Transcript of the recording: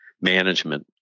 management